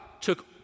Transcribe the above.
took